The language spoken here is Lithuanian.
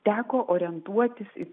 teko orientuotis